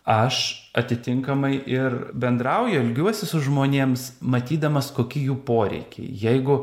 aš atitinkamai ir bendrauju elgiuosi su žmonėms matydamas koki jų poreikiai jeigu